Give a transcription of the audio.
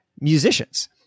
musicians